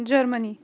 Germany